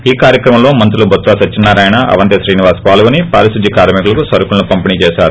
ఈ కార్యక్రమంలో మంత్రులు బొత్స సత్యనారాయణ అవంతి శ్రీనివాస్ లు పారిశుద్ధ్య కార్మి కులకు సరకులను పంపిణీ చేశారు